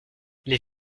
les